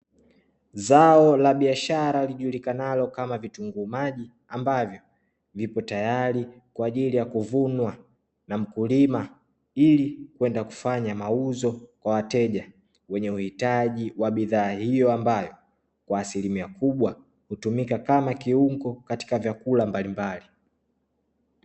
Zao la biashara lijulikanalo kama vitunguu maji, ambavyo vipo tayari kwa ajili ya kuvunwa na mkulima ili kwenda kufanya mauzo kwa wateja wenye uhitaji wa bidhaa hiyo, ambayo kwa asilimia kubwa hutumika kama kiungo katika vyakula mbalimbali.